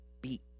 beat